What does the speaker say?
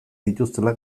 dituztela